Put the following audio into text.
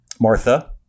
Martha